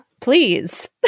Please